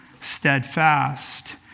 steadfast